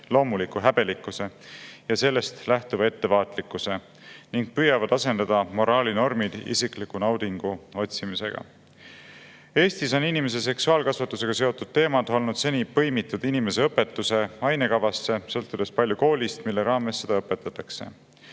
loomuliku häbelikkuse ja sellest lähtuva ettevaatlikkuse ning püüavad asendada moraalinormid isikliku naudingu otsimisega. Eestis on inimese seksuaalkasvatusega seotud teemad olnud seni põimitud inimeseõpetuse ainekavasse ja sõltub palju koolist, kuidas seda õpetatakse.